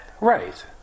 Right